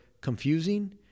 confusing